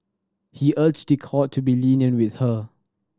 he urged the court to be lenient with her